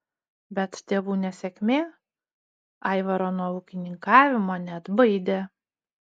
bet tėvų nesėkmė aivaro nuo ūkininkavimo neatbaidė